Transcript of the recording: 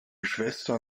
schwester